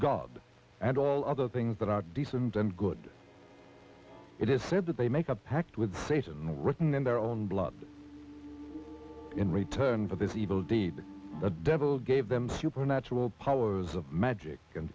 god and all other things that are decent and good it is said that they make a pact with satan written in their own blood in return for this evil deed the devil gave them supernatural powers of magic and